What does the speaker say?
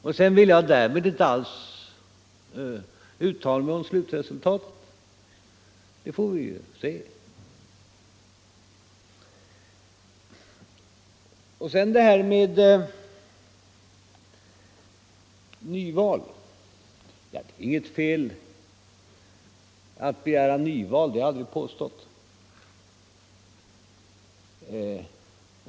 Därmed vill jag inte alls uttala mig om slutresultatet — det får vi se så småningom. Så till frågan om nyval. Det är inget fel att begära nyval — det har jag aldrig påstått.